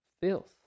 filth